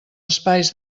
espais